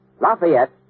Lafayette